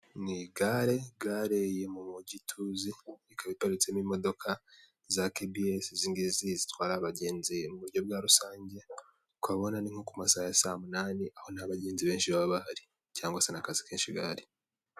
Ni gare gare yo mu mujyi tuzi ikaba iparitsemo imodoka za kibiyesi izi ngizi zitwara abagenzi mu buryo bwa rusange, ukaba ubona ni nko ku masaha ya saa munani aho nta bagenzi benshi baba bahari, cyangwa se nta akazi kenshi gahari.